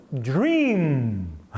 dream